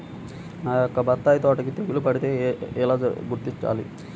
నా యొక్క బత్తాయి తోటకి తెగులు పడితే ఎలా గుర్తించాలి?